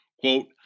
Quote